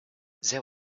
there